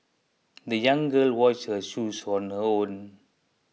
the young girl washed her shoes on her own